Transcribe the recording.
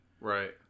Right